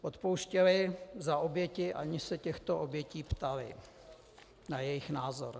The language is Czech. Odpouštěli za oběti, aniž se těchto obětí ptali na jejich názor.